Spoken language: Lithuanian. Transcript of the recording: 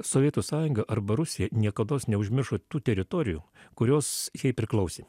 sovietų sąjunga arba rusija niekados neužmiršo tų teritorijų kurios jai priklausė